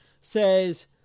says